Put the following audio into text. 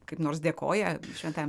kaip nors dėkoja šventajam